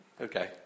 Okay